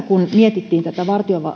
kun tässä mietittiin tätä